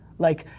like,